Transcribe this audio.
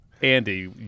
Andy